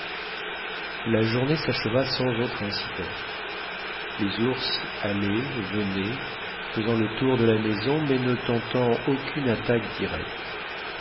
la journée s'acheva sans autre incident les ours allaient venaient faisant le tour de la maison mais ne tentant aucune attaque directe